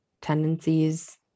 tendencies